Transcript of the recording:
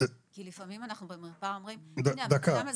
כי לפעמים אנחנו במרפאה אומרים: הבן-אדם עצבני,